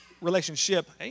relationship